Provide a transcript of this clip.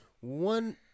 one